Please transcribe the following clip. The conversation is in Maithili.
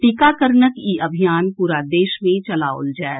टीकाकरणक ई अभियान पूरा देश मे चलाओल जाएत